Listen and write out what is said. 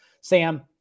Sam